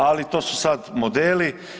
Ali to su sad modeli.